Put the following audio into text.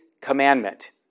commandment